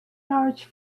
large